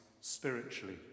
spiritually